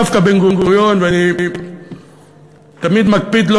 דווקא בן-גוריון ואני תמיד מקפיד לא